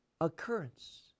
occurrence